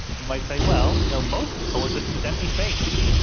you might say, well, you know most of the solar system is empty space,